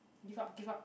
give up give up